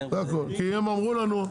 כי הם אמרו לנו.